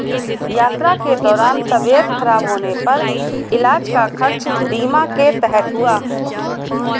यात्रा के दौरान तबियत खराब होने पर इलाज का खर्च बीमा के तहत हुआ